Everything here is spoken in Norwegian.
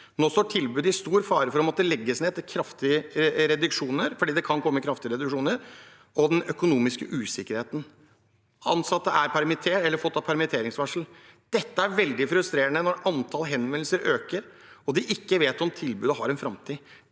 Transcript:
Nå står tilbudet i stor fare for å måtte legges ned fordi det kan komme kraftige reduksjoner, og det er økonomisk usikkerhet. Ansatte har fått permitteringsvarsel. Det er veldig frustrerende når antall henvendelser øker og de ikke vet om tilbudet har en framtid.